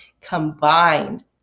combined